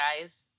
guys